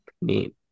neat